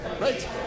right